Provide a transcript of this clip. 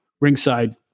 ringside